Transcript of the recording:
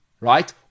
right